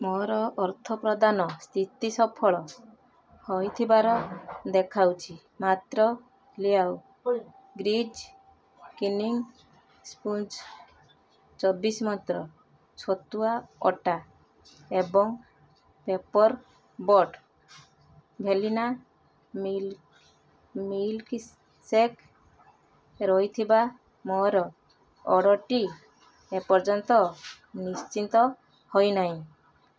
ମୋର ଅର୍ଥପ୍ରଦାନ ସ୍ଥିତି ସଫଳ ହୋଇଥିବାର ଦେଖାଉଛି ମାତ୍ର ଲିଆଓ ଗ୍ରୀଜ୍ କ୍ଲିନିଂ ସ୍ପଞ୍ଜ୍ ଚବିଶି ମନ୍ତ୍ର ଛତୁଆ ଅଟା ଏବଂ ପେପର୍ ବୋଟ୍ ଭ୍ୟାନିଲା ମିଲ୍କ୍ଶେକ୍ ରହିଥିବା ମୋ ଅର୍ଡ଼ର୍ଟି ଏପର୍ଯ୍ୟନ୍ତ ନିଶ୍ଚିତ ହୋଇନାହିଁ